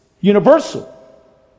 universal